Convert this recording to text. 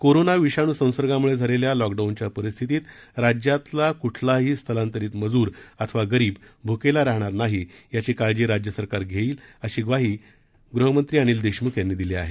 corona विषाणू संसर्गा मुळे झालेल्या लॉक डाऊनच्या परिस्थितीत राज्यातला कुठलाही स्थलांतरित मजूर अथवा गरीब भूकेलेला राहणार नाही याची काळजी राज्य सरकार घेईल अशी ग्वाही राज्याचे गृहमंत्री अनिल देशमुख यांनी दिली आहे